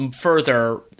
further